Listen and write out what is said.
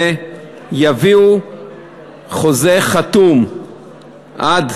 ויביאו חוזה חתום עד